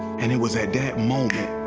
and it was at that moment